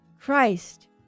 Christ